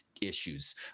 issues